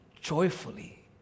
joyfully